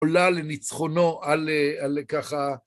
עולה לניצחונו על ככה...